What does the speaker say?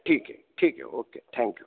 ठीक आहे ठीक आहे ओके थँक्यू